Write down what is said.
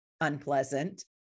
unpleasant